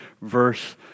verse